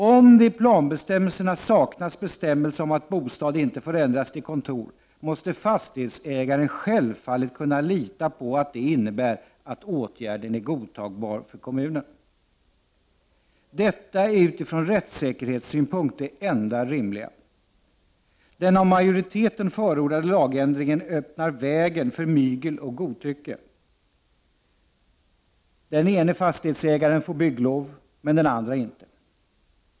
Om det i planbestämmelserna saknas bestämmelse om att bostad inte får ändras till kontor, måste fastighetsägaren självfallet kunna lita på att det innebär att åtgärden är godtagbar för kommunen. Detta är utifrån rättssäkerhetssynpunkt det enda rimliga. Den av majoriteten förordade lag 149 ändringen öppnar vägen för mygel och godtycke. Den ene fastighetsägaren får bygglov men inte den andre.